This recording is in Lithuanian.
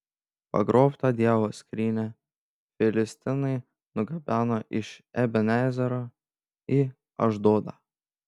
pagrobtą dievo skrynią filistinai nugabeno iš eben ezero į ašdodą